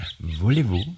Voulez-vous